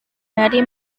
mary